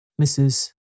Mrs